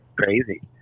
crazy